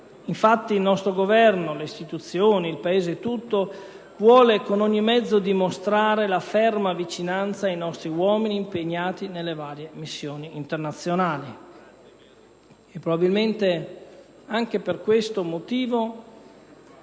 Infatti, il nostro Governo, le istituzioni ed il Paese tutto vogliono dimostrare con ogni mezzo la ferma vicinanza ai nostri uomini impegnati nelle varie missioni internazionali.